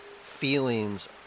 feelings